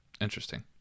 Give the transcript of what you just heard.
Interesting